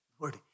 Lord